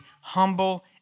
humble